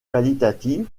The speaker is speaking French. qualitative